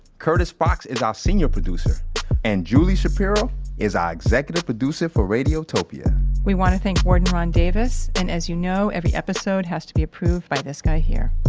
curtis fox is our senior producer and julie shapiro is our executive producer for radiotopia we want to thank warden ron davis and as you know, every episode has to be approved by this guy here